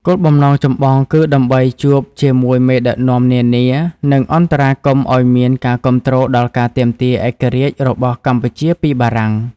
គោលបំណងចម្បងគឺដើម្បីជួបជាមួយមេដឹកនាំនានា និងអន្តរាគមន៍ឱ្យមានការគាំទ្រដល់ការទាមទារឯករាជ្យរបស់កម្ពុជាពីបារាំង។